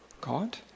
God